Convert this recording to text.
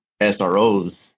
SROs